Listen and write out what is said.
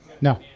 No